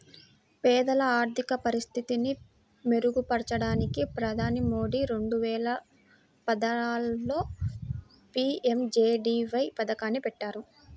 పేదల ఆర్థిక పరిస్థితిని మెరుగుపరచడానికి ప్రధాని మోదీ రెండు వేల పద్నాలుగులో పీ.ఎం.జే.డీ.వై పథకాన్ని పెట్టారు